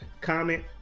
comment